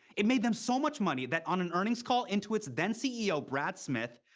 it made them so much money, that on an earnings call, intuit's then-ceo, brad smith,